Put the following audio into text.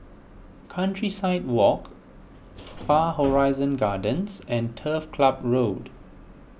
Countryside Walk Far Horizon Gardens and Turf Club Road